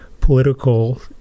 political